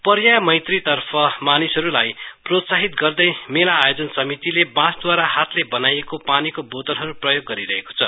पर्या मंत्री तर्फ मानिसहरुलाई प्रोत्साहित गर्दे मेला आयोजन समितिले बाँसदूवारा हातले बनाइएको पानीका बोतलहरु प्रयोग गरिरहेको छ